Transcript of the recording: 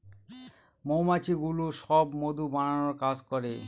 মৌমাছিগুলো সব মধু বানানোর কাজ করে